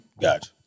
Gotcha